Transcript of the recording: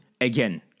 Again